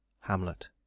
HAMLET